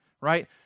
right